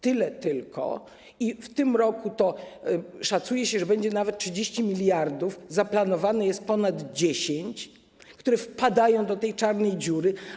Tyle tylko że w tym roku szacuje się, że to będzie nawet 30 mld, zaplanowane jest ponad 10, które wpadają do tej czarnej dziury.